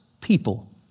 people